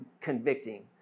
convicting